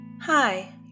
hi